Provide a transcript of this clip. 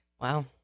Wow